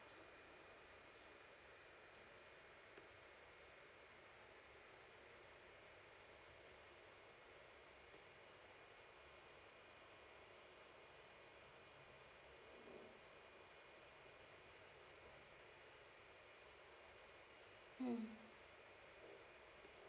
mm